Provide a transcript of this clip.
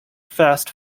fast